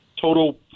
total